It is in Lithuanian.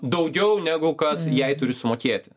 daugiau negu kad jai turi sumokėti